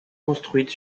construite